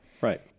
Right